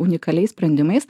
unikaliais sprendimais